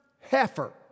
heifer